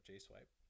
J-Swipe